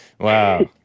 Wow